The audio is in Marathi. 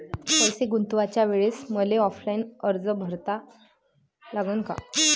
पैसे गुंतवाच्या वेळेसं मले ऑफलाईन अर्ज भरा लागन का?